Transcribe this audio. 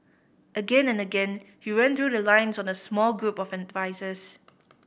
again and again he ran through the lines on a small group of advisers